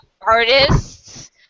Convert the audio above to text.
artists